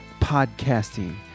podcasting